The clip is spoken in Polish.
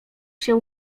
się